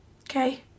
okay